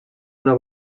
una